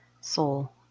soul